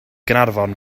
gaernarfon